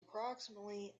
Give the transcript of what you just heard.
approximately